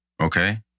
Okay